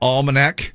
Almanac